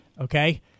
Okay